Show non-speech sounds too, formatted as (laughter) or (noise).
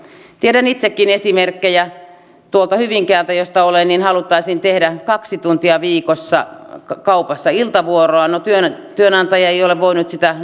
tiedän itsekin esimerkkejä tuolta hyvinkäältä josta olen että haluttaisiin tehdä kaksi tuntia viikossa kaupassa iltavuoroa no työnantaja ei ole voinut sitä (unintelligible)